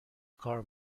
کار